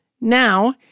Now